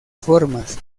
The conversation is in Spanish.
formas